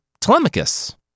Telemachus